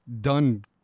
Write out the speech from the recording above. done